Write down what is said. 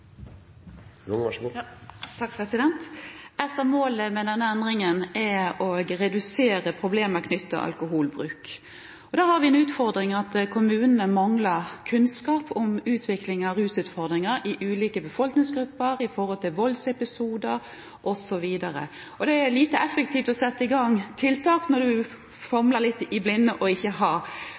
redusere problemene knyttet til alkoholbruk. Da har vi en utfordring med at kommunene mangler kunnskap om utviklingen av rusutfordringer i ulike befolkningsgrupper, når det gjelder voldsepisoder osv. Det er lite effektivt å sette i gang tiltak når du famler i blinde og ikke